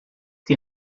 die